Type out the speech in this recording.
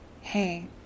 Hey